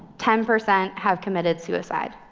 ten percent have committed suicide.